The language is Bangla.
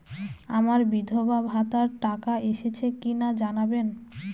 আমার বিধবাভাতার টাকা এসেছে কিনা জানাবেন?